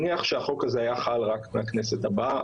נניח שהחוק הזה היה חל רק מהכנסת הבאה,